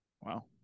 Wow